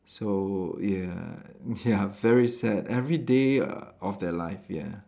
so ya ya very sad everyday of their life ya